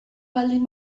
baldin